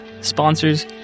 sponsors